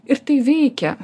ir tai veikia